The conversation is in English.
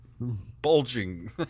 Bulging